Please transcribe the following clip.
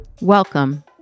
Welcome